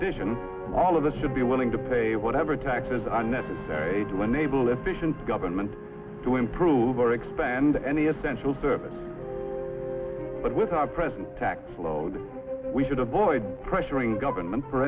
addition all of us should be willing to pay whatever taxes are necessary when able efficient government to improve or expand any essential services but with our present tax load we should avoid pressuring government for